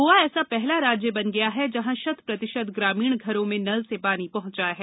गोवा ऐसा पहला राज्य बन गया है जहां शत प्रतिशत ग्रामीण घरों में नल से पानी पहुंचा है